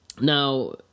Now